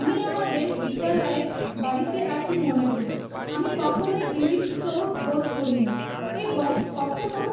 আমি আমাদের বিদ্যালয়ে বাড়িতে আছি মনে হয় আমি কখনোই গৃহীত্ব বোধ করিনি এবং কখনো